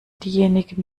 diejenigen